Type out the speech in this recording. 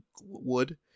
wood